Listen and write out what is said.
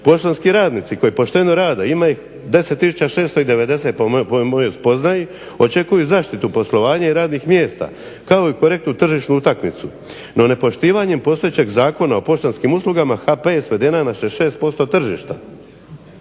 Poštanski radnici koji pošteno rade ima ih 10690 po mojoj spoznaji očekuju zaštitu poslovanja i radnih mjesta kao i korektnu tržišnu utakmicu. No, nepoštivanjem postojećeg Zakona o poštanskim uslugama HP je svedena na 66% tržišta,